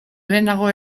lehenago